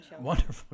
wonderful